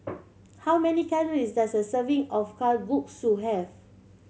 how many calories does a serving of Kalguksu have